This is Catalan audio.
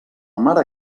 mare